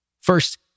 First